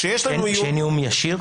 כשאין איום ישיר?